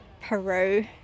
Peru